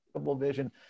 vision